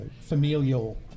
familial